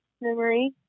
memory